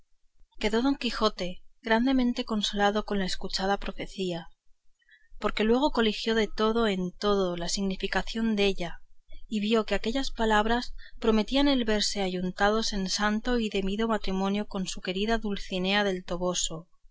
quedó don quijote consolado con la escuchada profecía porque luego coligió de todo en todo la significación de ella y vio que le prometían el verse ayuntados en santo y debido matrimonio con su querida dulcinea del toboso